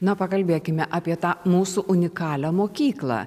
na pakalbėkime apie tą mūsų unikalią mokyklą